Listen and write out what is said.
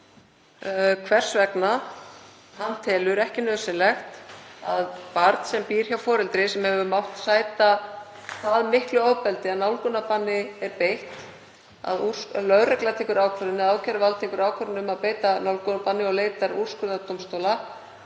hvers vegna hann telur ekki nauðsynlegt ef barn býr hjá foreldri sem hefur mátt sæta það miklu ofbeldi að nálgunarbanni er beitt, lögregla tekur ákvörðun eða ákæruvald tekur ákvörðun um að beita nálgunarbanni og leitar úrskurðar dómstóla,